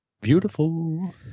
beautiful